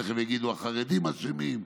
תכף יגידו: החרדים אשמים,